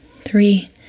three